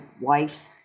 wife